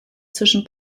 zwischen